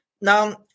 Now